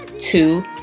two